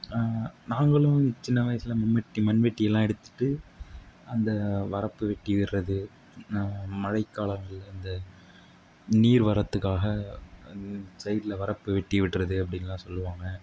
நாங்களும் சின்ன வயசில் மம்மூட்டி மண்வெட்டியெல்லாம் எடுத்துட்டு அந்த வரப்பு வெட்டி விடுறது மழைக்காலங்களில் இந்த நீர்வரத்துக்காக சைடில் வரப்பு வெட்டி விடுறது அப்படின்னுலாம் சொல்லுவாங்க